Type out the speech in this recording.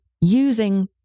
using